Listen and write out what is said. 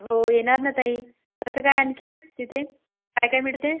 हो येणार ना ताई कसं काय आणखीन तिथे काय काय मिळते